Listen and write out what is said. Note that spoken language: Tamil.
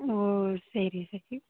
ஓ சரி சரி